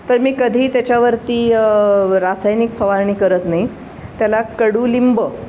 तर मी कधीही त्याच्यावरती रासायनिक फवारणी करत नाही त्याला कडुलिंब